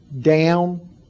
down